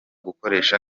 gukoresha